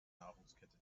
nahrungskette